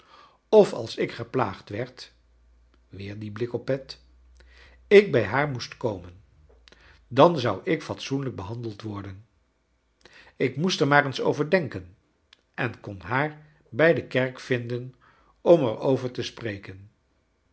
of als ik geplaagd werd weer dien blik op pet ik bij haar moest komen dan zou ik fatsoenlijk beh andeld worden ik moest er maar eens over denken en kon haar bij de kerk vinden om er over te spreken